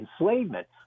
enslavement